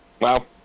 Wow